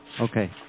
Okay